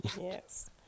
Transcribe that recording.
Yes